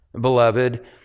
beloved